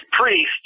priest